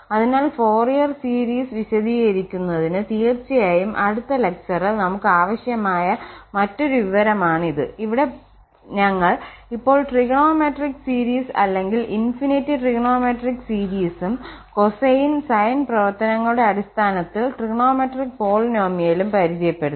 അതിനാൽ Fourier series വിശദീകരിക്കുന്നതിന് തീർച്ചയായും അടുത്ത ലെക്ചറിൽ നമുക് ആവശ്യമായ മറ്റൊരു വിവരമാണിത്ഇവിടെ ഞങ്ങൾ ഇപ്പോൾ ട്രിഗണോമെട്രിക് സീരീസ് അല്ലെങ്കിൽ ഇൻഫിനിറ്റ് ട്രിഗണോമെട്രിക് സീരീസും കോസൈൻ സൈൻ പ്രവർത്തനങ്ങളുടെ അടിസ്ഥാനത്തിൽ ട്രിഗണോമെട്രിക് പോളിനോമിയലും പരിചയപ്പെടുത്തി